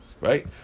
right